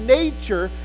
nature